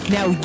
Now